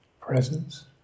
presence